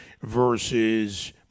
versus